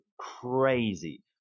crazy